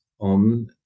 on